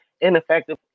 ineffective